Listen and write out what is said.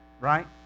right